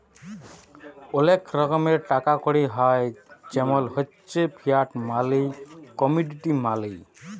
ওলেক রকমের টাকা কড়ি হ্য় জেমল হচ্যে ফিয়াট মালি, কমডিটি মালি